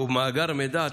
ובמאגר מידע,